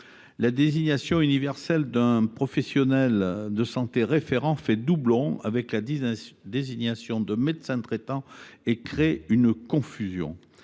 la désignation universelle d’un professionnel de santé référent fait doublon avec la désignation d’un médecin traitant et crée une confusion.